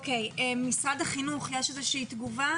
משרד החינוך, יש איזושהי תגובה?